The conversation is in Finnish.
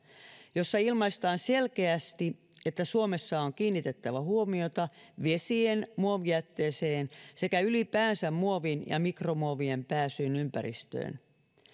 jossa ilmaistaan selkeästi että suomessa on kiinnitettävä huomiota vesien muovijätteeseen sekä ylipäänsä muovin ja mikromuovien pääsyyn ympäristöön